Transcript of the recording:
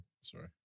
Sorry